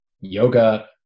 yoga